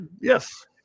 Yes